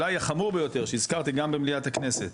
אולי החמור ביותר שהזכרתי גם במליאת הכנסת